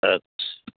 আচ্ছা